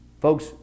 Folks